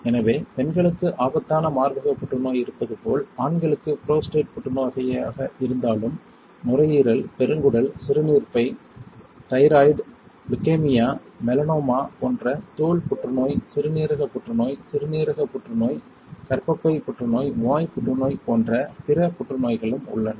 எனவே பெண்களுக்கு ஆபத்தான மார்பக புற்றுநோய் இருப்பது போல் ஆண்களுக்கு புரோஸ்டேட் புற்றுநோயாக இருந்தாலும் நுரையீரல் பெருங்குடல் சிறுநீர்ப்பை தைராய்டு லுகேமியா மெலனோமா போன்ற தோல் புற்றுநோய் சிறுநீரக புற்றுநோய் சிறுநீரக புற்றுநோய் கர்ப்பப்பை புற்றுநோய் வாய்ப் புற்றுநோய் போன்ற பிற புற்றுநோய்களும் உள்ளன